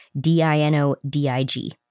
D-I-N-O-D-I-G